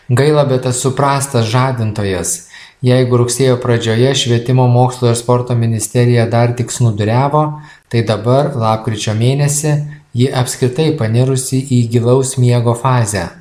gaila bet esu prastas žadintojas jeigu rugsėjo pradžioje švietimo mokslo ir sporto ministerija dar tik snūduriavo tai dabar lapkričio mėnesį ji apskritai panirusi į gilaus miego fazę